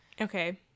Okay